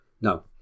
No